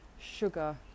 sugar